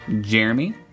Jeremy